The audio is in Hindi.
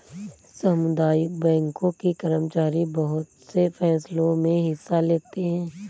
सामुदायिक बैंकों के कर्मचारी बहुत से फैंसलों मे हिस्सा लेते हैं